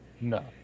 No